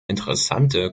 interessante